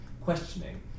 questioning